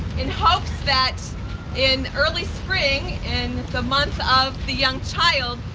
in hopes that in early spring, in the month of the young child,